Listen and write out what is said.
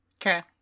Okay